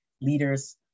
leaders